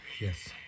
Yes